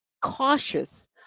cautious